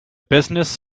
business